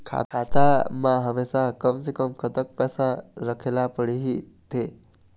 खाता मा हमेशा कम से कम कतक पैसा राखेला पड़ही थे?